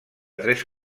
tres